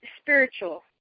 spiritual